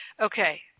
okay